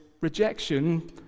rejection